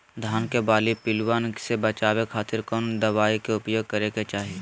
धान के बाली पिल्लूआन से बचावे खातिर कौन दवाई के उपयोग करे के चाही?